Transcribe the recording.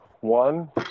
One